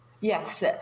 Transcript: yes